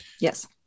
Yes